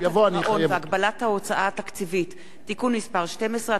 הגירעון והגבלת ההוצאה התקציבית (תיקון מס' 12),